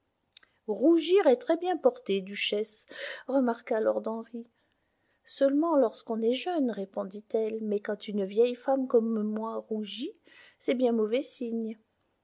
rougir est très bien porté duchesse remarqua lord henry seulement lorsqu'on est jeune répondit-elle mais quand une vieille femme comme moi rougit c'est bien mauvais signe